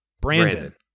Brandon